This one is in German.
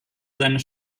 seiner